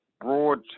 broad